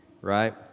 right